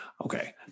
okay